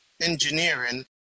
engineering